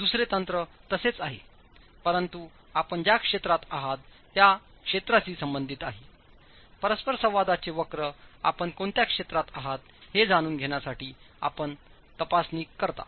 दुसरे तंत्र तसेच आहे परंतु आपण ज्या क्षेत्रात आहात त्या क्षेत्राशी संबंधित आहेपरस्परसंवादाचे वक्र आपण कोणत्या क्षेत्रात आहात हे जाणून घेण्यासाठी आपण तपासणी करता